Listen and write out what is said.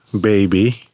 baby